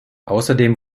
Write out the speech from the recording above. außerdem